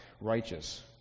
righteous